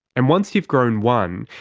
and once you've grown one,